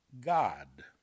God